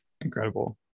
incredible